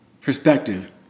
perspective